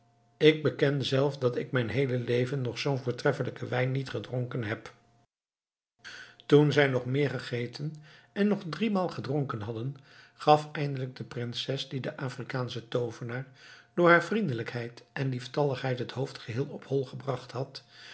ik beken zelf dat ik mijn heele leven nog zoo'n voortreffelijken wijn niet gedronken heb toen zij nog meer gegeten en nog driemaal gedronken hadden gaf eindelijk de prinses die den afrikaanschen toovenaar door haar vriendelijkheid en lieftalligheid het hoofd geheel op hol gebracht had